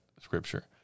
scripture